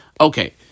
Okay